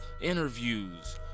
Interviews